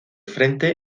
frente